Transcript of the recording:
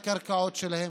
לקרקעות שלהם.